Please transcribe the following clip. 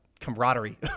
camaraderie